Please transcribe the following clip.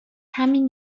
همین